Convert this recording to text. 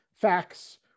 facts